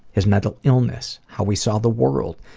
his mental illness, how he saw the world,